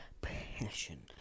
Passion